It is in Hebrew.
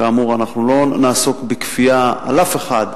כאמור, אנחנו לא נעסוק בכפייה על אף אחד.